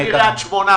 מקריית שמונה.